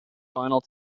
final